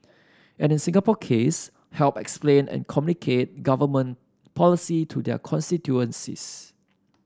and in Singapore case help explain and communicate government policy to their constituencies